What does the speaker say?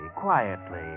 quietly